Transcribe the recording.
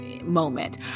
Moment